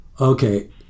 okay